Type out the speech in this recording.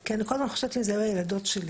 כי אני כל הזמן חושבת על אם אלו היו הילדות שלי.